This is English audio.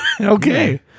Okay